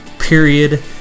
period